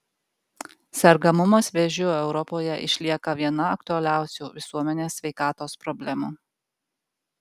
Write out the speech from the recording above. sergamumas vėžiu europoje išlieka viena aktualiausių visuomenės sveikatos problemų